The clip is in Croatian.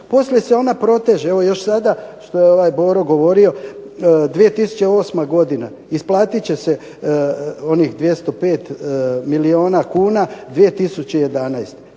Poslije se ona proteže. Evo još sada što je Boro govorio 2008. godina isplatit će se onih 205 milijuna kuna 2011.